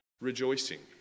rejoicing